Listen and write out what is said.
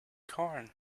corn